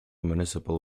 municipal